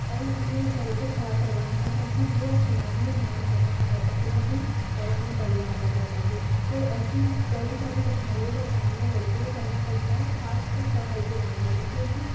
और अपने पैरों पर खड़ा करवाना है ताकि वो समाज में नाम बना पाए अपना भी और अपने परिवार वालों का भी तो ऐसी कई सारी कठिनाइयों का सामना लड़कों को करना पड़ता है खासकर पढ़ाई के मामले में क्योंकि